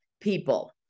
people